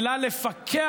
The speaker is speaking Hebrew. אלא לפקח,